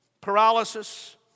Paralysis